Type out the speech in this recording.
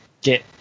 get